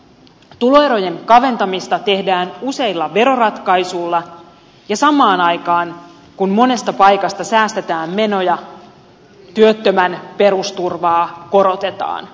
tuloerojen kaventamista tehdään useilla veroratkaisuilla ja samaan aikaan kun monesta paikasta säästetään menoja työttömän perusturvaa korotetaan